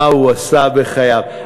מה הוא עשה בחייו.